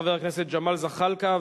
חבר הכנסת ג'מאל זחאלקה,